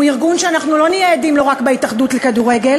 הוא ארגון שאנחנו לא נהיה עדים לו רק בהתאחדות לכדורגל,